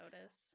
notice